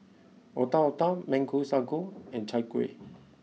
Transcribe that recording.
Otak Otak Mango Sago and Chai Kuih